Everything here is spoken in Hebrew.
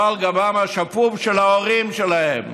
או על גבם השפוף של ההורים שלהם,